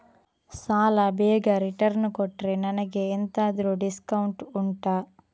ಸಾಲ ಬೇಗ ರಿಟರ್ನ್ ಕೊಟ್ರೆ ನನಗೆ ಎಂತಾದ್ರೂ ಡಿಸ್ಕೌಂಟ್ ಉಂಟಾ